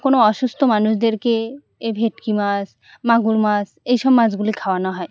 কোনো অসুস্থ মানুষদেরকে এ ভেটকি মাছ মাগুর মাছ এই সব মাছগুলি খাওয়ানো হয়